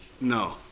No